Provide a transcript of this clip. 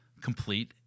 complete